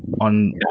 on